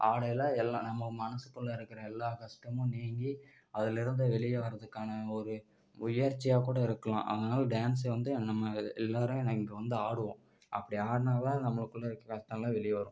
ஆடையில் எல்லாம் நம்ம மனசுக்குள்ளே இருக்கிற எல்லா கஷ்டமும் நீங்கி அதுலருந்து வெளியே வர்றதுக்கான ஒரு முயற்சியாக கூட இருக்கலாம் அதனால் டான்ஸ் வந்து நம்ம எல்லாரும் இங்கே வந்து ஆடுவோம் அப்படி ஆடினாதான் நம்மக்குள்ளே இருக்கிற கல வெளியே வரும்